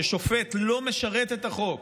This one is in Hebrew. כששופט לא משרת את החוק,